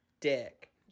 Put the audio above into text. Dick